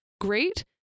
Great